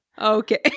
Okay